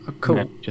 cool